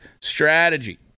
strategy